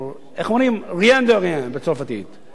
איך אומרים בצרפתית, rien de rien.